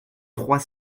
trois